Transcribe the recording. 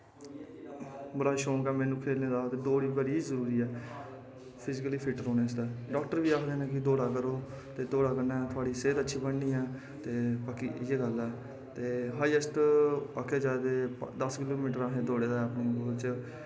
बड़ा शौक ऐ मिगी खेलने दा ते दौड़ बी बड़ी जरूरी ऐ फिजिकली फिट्ट रौंह्नै आस्तै डाक्टर बी आखदे ने कि दौड़ा करो ते दौड़ा कन्नै थुआढ़ी सेह्त अच्छी बननी ऐ ते बाकी इ'यै गल्ल ऐ ते हाईऐस्ट आखेआ जाऽ ते दस किलोेमीटर असें दौड़े दा